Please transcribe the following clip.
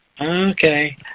Okay